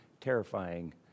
terrifying